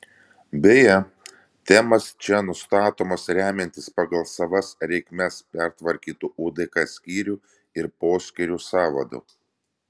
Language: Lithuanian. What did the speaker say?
beje temos čia nustatomos remiantis pagal savas reikmes pertvarkytu udk skyrių ir poskyrių sąvadu